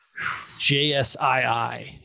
JSII